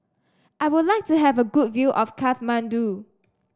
I would like to have a good view of Kathmandu